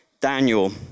Daniel